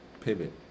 Pivot